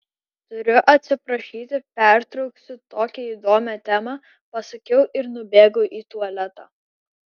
turiu atsiprašyti pertrauksiu tokią įdomią temą pasakiau ir nubėgau į tualetą